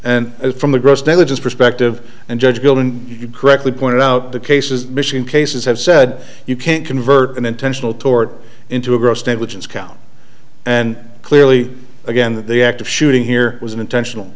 and from the gross negligence perspective and judge building you correctly point out the cases michigan cases have said you can't convert an intentional tort into a gross negligence count and clearly again that the act of shooting here was an intentional